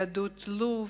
יהדות לוב,